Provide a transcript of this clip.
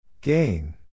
Gain